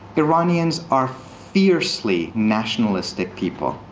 iranians are fiercely nationalistic people.